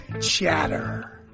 chatter